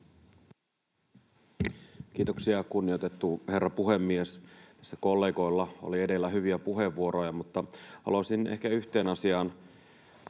Kiitoksia, kunnioitettu herra puhemies! Tässä kollegoilla oli edellä hyviä puheenvuoroja, mutta haluaisin ehkä yhteen asiaan